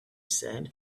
said